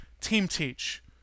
team-teach